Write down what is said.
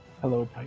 Hello